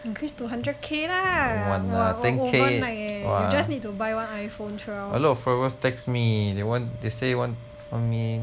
increase to hundred K lah wa o~ overnight leh you just need to buy one iphone twelve